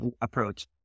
approach